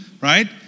right